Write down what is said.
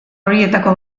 horietako